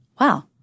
wow